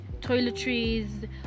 toiletries